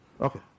Okay